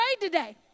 today